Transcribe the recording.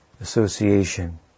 association